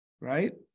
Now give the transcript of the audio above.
right